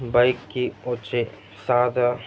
బైక్కి వచ్చే సాధా